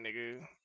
nigga